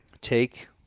take